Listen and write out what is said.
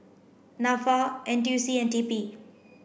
NAFA N T U C and T P